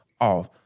off